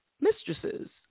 mistresses